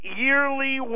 yearly